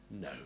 no